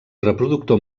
reproductor